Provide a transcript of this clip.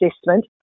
assessment